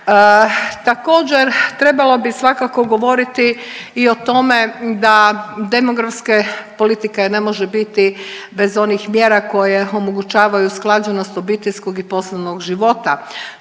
Također, trebalo bi svakako govoriti i o tome da demografske politike ne može biti bez onih mjera koje omogućavaju usklađenost obiteljskog i poslovnog života.